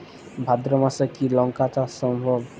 ভাদ্র মাসে কি লঙ্কা চাষ সম্ভব?